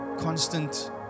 constant